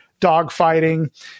dogfighting